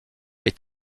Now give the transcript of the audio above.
est